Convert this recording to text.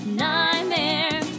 nightmare